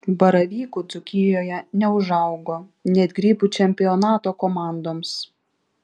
baravykų dzūkijoje neužaugo net grybų čempionato komandoms